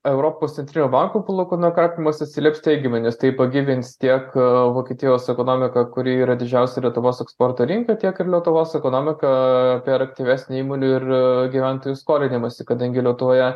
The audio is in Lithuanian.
europos centrinio banko palūkanų karpymas atsilieps teigiamai nes tai pagyvins tiek vokietijos ekonomiką kuri yra didžiausia lietuvos eksporto rinka tiek ir lietuvos ekonomika per aktyvesnį įmonių ir gyventojų skolinimąsi kadangi lietuvoje